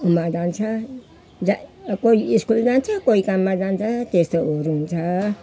उही हो काममा जान्छ कोही स्कुल जान्छ कोही काममा जान्छ त्यस्तोहरू हुन्छ